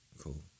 Cool